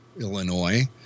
Illinois